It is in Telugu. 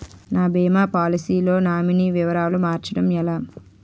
నా భీమా పోలసీ లో నామినీ వివరాలు మార్చటం ఎలా?